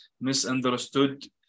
misunderstood